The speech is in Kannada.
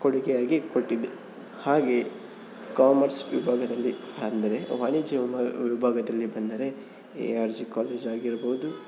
ಕೊಡುಗೆಯಾಗಿ ಕೊಟ್ಟಿದೆ ಹಾಗೆಯೇ ಕಾಮರ್ಸ್ ವಿಭಾಗದಲ್ಲಿ ಅಂದ್ರೆ ವಾಣಿಜ್ಯ ವಿಭಾಗಗಳು ವಿಭಾಗದಲ್ಲಿ ಬಂದರೆ ಎ ಆರ್ ಜಿ ಕಾಲೇಜ್ ಆಗಿರಬಹುದು